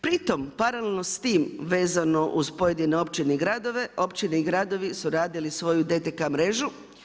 Pri tom, paralelno s tim, vezano uz pojedine općine i gradove, općine i gradovi su radili svoju DTK mrežu.